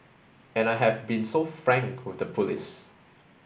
and I have been so frank with the police